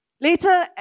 Later